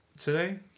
today